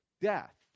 death